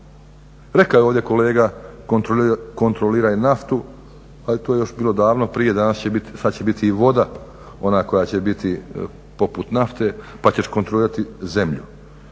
Rekao je ovdje kolega kontroliraj naftu ali to je još bilo davano prije, danas će biti, sad će biti i voda, ona koja će biti poput nafte pa ćeš kontrolirati zemlju,